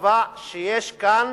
וקבע שיש כאן